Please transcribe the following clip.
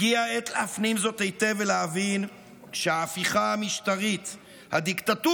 הגיעה העת להפנים זאת היטב ולהבין שההפיכה המשטרית הדיקטטורית,